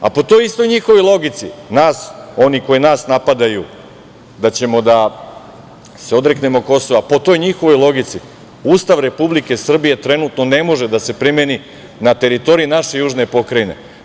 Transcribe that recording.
Po toj istoj njihovoj logici, oni koji nas napadaju da ćemo da se odreknemo Kosova i Metohije, po toj njihovoj logici Ustav Republike Srbije trenutno ne može da se primeni na teritoriji naše južne pokrajine.